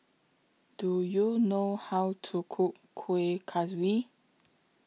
Do YOU know How to Cook Kueh Kaswi